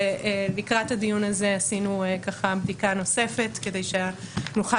ולקראת הדיון הזה עשינו בדיקה נוספת כדי שנוכל